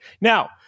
Now